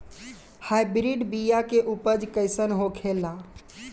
Hybrid बीया के उपज कैसन होखे ला?